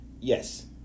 Yes